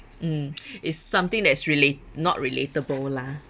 mm it's something that's relate~ not relatable lah